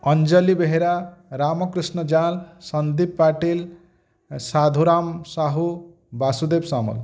Anjali Behera Ramakrishna Jal Sandeep Patil Sadhuram Sahu Basudev Samal